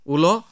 Ulo